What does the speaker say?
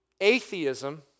atheism